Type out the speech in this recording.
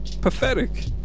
pathetic